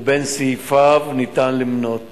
ובין סעיפיו ניתן למנות